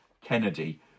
kennedy